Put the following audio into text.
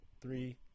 Three